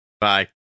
bye